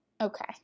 okay